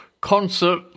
concert